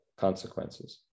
consequences